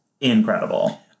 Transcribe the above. incredible